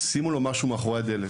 לשים משהו ליד הדלת,